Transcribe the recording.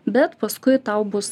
bet paskui tau bus